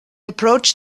approached